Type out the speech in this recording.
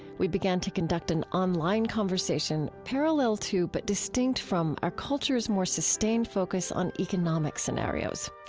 we began to conduct an online conversation parallel to but distinct from our culture's more sustained focus on economic scenarios.